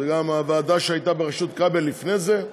זאת גם הוועדה שהייתה בראשות כבל לפני זה,